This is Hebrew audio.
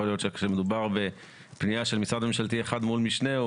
יכול להיות שכשמדובר בפנייה של משרד ממשלתי אחד מול משנהו,